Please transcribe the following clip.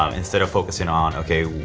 um instead of focusing on, okay,